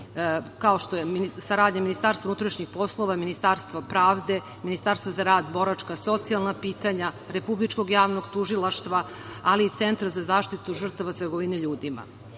kao što je saradnja Ministarstva unutrašnjih poslova, Ministarstva pravde, Ministarstva za rad, boračka i socijalna pitanja, Republičkog javnog tužilaštva, ali i Centra za zaštitu žrtava trgovine ljudima. Sigurna